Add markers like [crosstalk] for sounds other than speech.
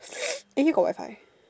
[noise] eh here got Wi-Fi